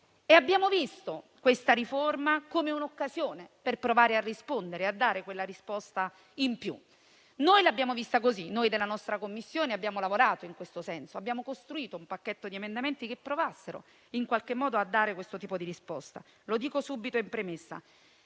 Abbiamo visto questa riforma come un'occasione, per provare a rispondere, a dare quella risposta in più. Noi l'abbiamo vista così. La nostra Commissione ha lavorato in questo senso; abbiamo costruito un pacchetto di emendamenti che provassero a dare questo tipo di risposta. Lo dico subito in premessa: